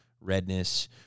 redness